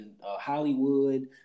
Hollywood